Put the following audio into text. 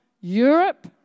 Europe